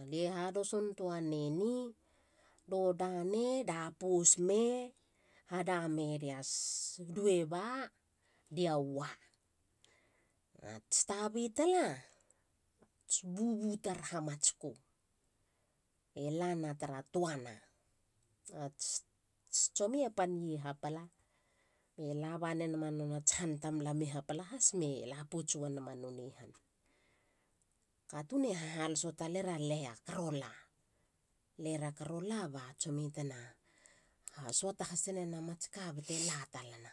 Adie hadoson tua neni. do dane. da pousme hada me dias dueba dia wa! Nats tabi talats. bubu tar hamatsku. elana tara tuana. Ats tsomie panye hapala. me labanenamats han tamtam i hapala has me lapots wanana nonei han. Katun hahaloso talara lea- karola. Lera karola ba tsomi tena na suata hasene na mats ka bete latalana.